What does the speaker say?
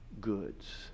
goods